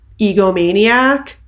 egomaniac